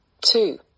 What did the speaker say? Two